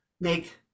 make